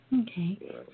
Okay